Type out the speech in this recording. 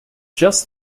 just